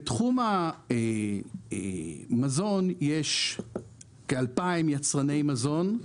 בתחום המזון יש כ-2,000 יצרני מזון,